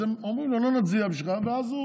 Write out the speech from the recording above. אז הם אומרים לו: אנחנו לא נצביע בשבילך, ואז הוא